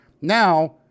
Now